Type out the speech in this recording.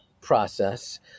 process